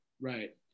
Right